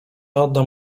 oddam